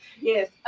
Yes